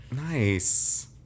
Nice